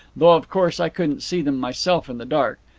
though of course i couldn't see them myself in the dark.